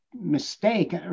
mistake